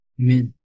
Amen